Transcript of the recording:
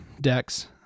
decks